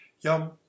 Yum